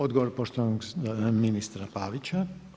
Odgovor poštovanog ministra Pavića.